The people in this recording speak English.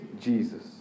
Jesus